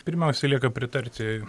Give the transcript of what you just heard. pirmiausiai lieka pritarti